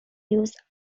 use